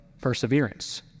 perseverance